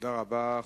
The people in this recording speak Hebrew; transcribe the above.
תודה רבה.